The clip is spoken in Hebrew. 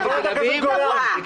חברת הכנסת גולן,